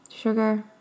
Sugar